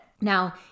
Now